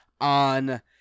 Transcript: on